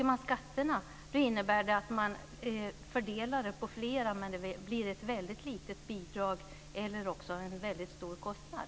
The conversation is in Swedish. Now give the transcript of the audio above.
Att sänka skatterna innebär att man fördelar kostnaderna på flera, men det blir antingen ett väldigt litet bidrag eller en väldigt stor kostnad.